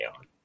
on